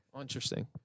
Interesting